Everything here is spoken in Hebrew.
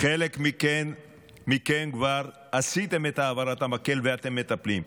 חלק מכם כבר עשיתם את העברת המקל ואתם מטפלים,